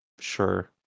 Sure